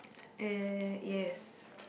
uh yes